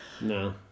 No